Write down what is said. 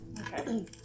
Okay